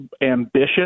ambitious